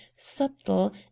subtle